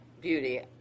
beauty